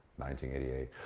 1988